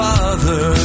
Father